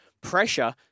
Pressure